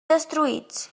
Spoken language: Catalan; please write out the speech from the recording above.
destruïts